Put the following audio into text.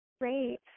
Great